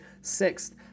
sixth